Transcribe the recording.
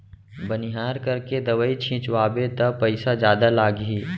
बनिहार करके दवई छिंचवाबे त पइसा जादा लागही